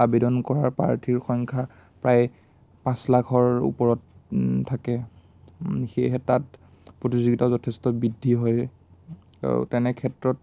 আবেদন কৰা প্ৰাৰ্থীৰ সংখ্যা প্ৰায় পাঁচ লাখৰ ওপৰত থাকে সেয়েহে তাত প্ৰতিযোগিতা যথেষ্ট বৃদ্ধি হয় আৰু তেনে ক্ষেত্ৰত